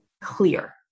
clear